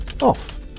off